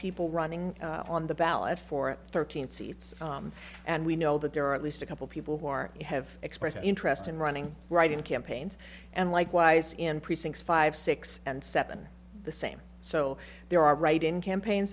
people running on the ballot for thirteen seats and we know that there are at least a couple people who are have expressed interest in running writing campaigns and likewise in precincts five six and seven the same so there are writing campaigns